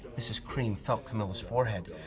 mrs. cream felt camilla's forehead.